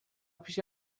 پیش